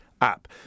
app